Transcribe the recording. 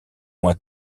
moi